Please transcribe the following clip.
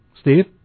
Steve